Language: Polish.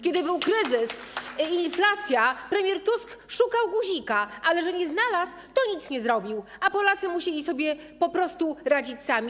Kiedy był kryzys i inflacja, premier Tusk szukał guzika, ale że nie znalazł, to nic nie zrobił, a Polacy musieli sobie po prostu radzić sami.